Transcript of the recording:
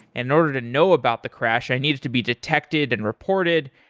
and in order to know about the crash, i need it to be detected and reported,